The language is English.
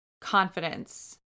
confidence